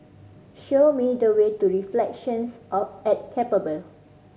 show me the way to Reflections at Keppel Bay